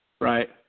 Right